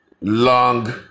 long